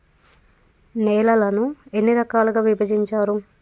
నేలలను ఎన్ని రకాలుగా విభజించారు?